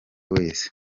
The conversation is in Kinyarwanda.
wese